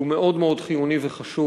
שהוא מאוד מאוד חיוני וחשוב.